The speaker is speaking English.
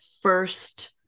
first